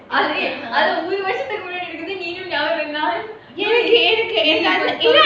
அது ஒரு மாசத்துக்கு முன்னாடி இருக்காது நீயும் நானும்:athu oru maasathuku munnadi irukathu neeyum naanum